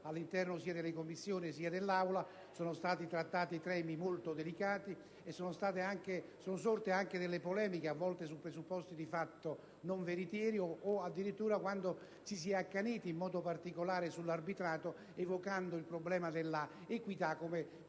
all'interno delle Commissioni che in Aula. Sono stati trattati temi molto delicati e sono sorte anche polemiche talvolta su presupposti di fatto non veritieri o, addirittura, quando ci si è accaniti in modo particolare sull'arbitrato evocando il problema dell'equità e